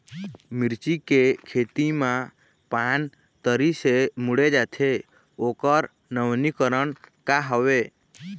मिर्ची के खेती मा पान तरी से मुड़े जाथे ओकर नवीनीकरण का हवे?